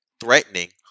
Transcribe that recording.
threatening